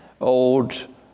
old